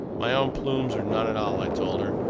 my own plumes or none at all i told her,